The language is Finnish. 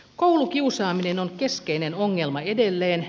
koulukiusaaminen on keskeinen ongelma edelleen